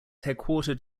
headquartered